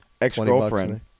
ex-girlfriend